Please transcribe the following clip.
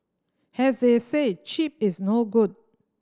has they say cheap is no good